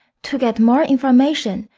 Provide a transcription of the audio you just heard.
to get more information,